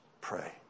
pray